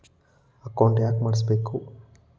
Account ಯಾಕ್ ಮಾಡಿಸಬೇಕು?